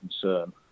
concern